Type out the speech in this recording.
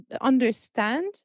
understand